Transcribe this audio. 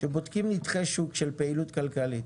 כשבודקים נתחי שוק של פעילות כלכלית